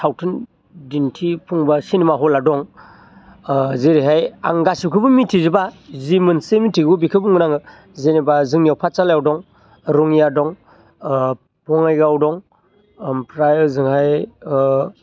सावथुन दिनथिफुं बा सिनेमा हला दं ओ जेरैहाय आं गासिबखौबो मिनथिजोबा जि मोनसे मिथिगौ बेखौ बुंगोन आङो जेनोबा जोंनियाव पाठसालायाव दं रङिया दं ओ बङाइगाव दं ओमफ्राय ओजोंहाय ओ